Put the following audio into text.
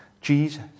Jesus